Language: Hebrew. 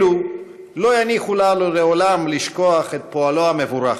אלו לא יניחו לנו לעולם לשכוח את פועלו המבורך.